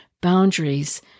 boundaries